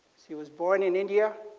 he was born in india.